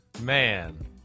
Man